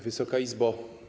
Wysoka Izbo!